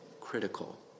critical